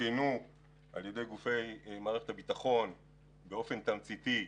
עודכנו על ידי גופי מערכת הביטחון באופן תמציתי,